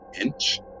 inch